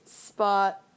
spot